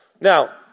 Now